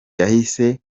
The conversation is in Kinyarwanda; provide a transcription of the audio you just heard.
yahise